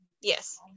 Yes